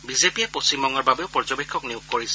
বিজেপিয়ে পশ্চিমবংগৰ বাবেও পৰ্যবেক্ষক নিয়োগ কৰিছে